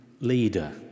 leader